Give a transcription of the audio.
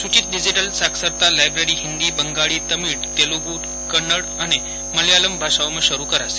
સૂચિત ડિજીટલ સાક્ષરતા લાયબ્રેરી હિન્દી બંગાળી તમિળ તેલુગુ કનીડ અને મલયાલમ ભાષાઓમાં શરૂ કરાશે